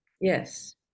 Yes